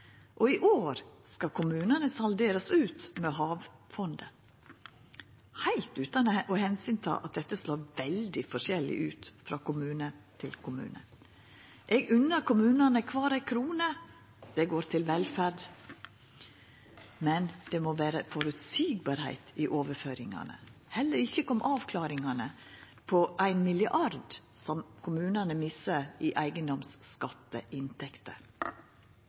I år skal kommunane salderast ut ved hjelp av havfondet – heilt utan å ta omsyn til at dette slår veldig forskjellig ut frå kommune til kommune. Eg unner kommunane kvar ei krone – dei går til velferd – men overføringane må vera føreseielege. Det kom heller ingen avklaringar om milliarden som kommunane mistar i eigedomsskatteinntekter.